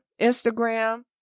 Instagram